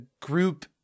group